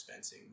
expensing